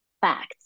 facts